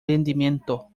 rendimiento